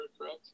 correct